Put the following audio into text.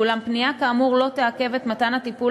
ואולם פנייה כאמור לא תעכב את מתן הטיפול